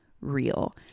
real